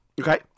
Okay